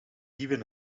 even